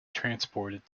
transported